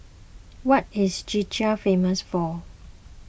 what is Czechia famous for